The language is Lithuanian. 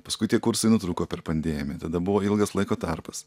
paskui tie kursai nutrūko per pandėmiją tada buvo ilgas laiko tarpas